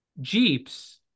Jeeps